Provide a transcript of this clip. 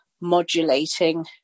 modulating